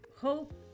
hope